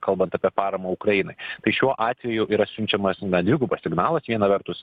kalbant apie paramą ukrainai tai šiuo atveju yra siunčiamas dvigubas signalas viena vertus